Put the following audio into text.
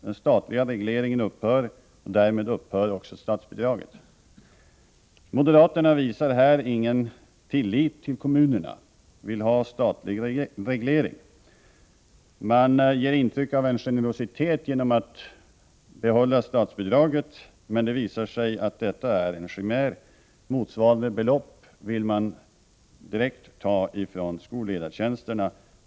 Den statliga regleringen upphör och därmed upphör också statsbidraget. Moderaterna visar här ingen tillit till kommunerna utan vill ha statlig reglering. Man ger intryck av generositet genom att förorda att statsbidraget skall behållas, men det visar sig att detta är en chimär: motsvarande belopp vill man direkt ta från anslaget till skolledartjänsterna.